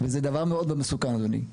וזה דבר מאוד-מאוד מסוכן אדוני.